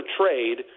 trade